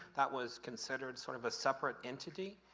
that was considered sort of a separate entity,